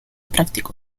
práctico